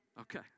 Okay